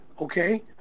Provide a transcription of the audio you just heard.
okay